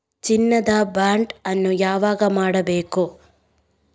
ಚಿನ್ನ ದ ಬಾಂಡ್ ಅನ್ನು ಯಾವಾಗ ಮಾಡಬೇಕು?